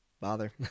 bother